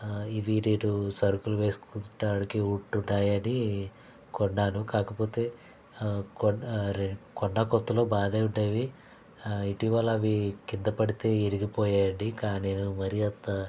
ఇవి నేను సరుకులు వేసుకోవడానికి ఉంటున్నాయి అని కొన్నాను కాకపోతే కొన్న రెం కొన్న కొత్తలో బాగానే ఉండేవి ఇటీవల అవి కింద పడితే విరిగిపోయాయి అండి కానీ నేను మరీ అంత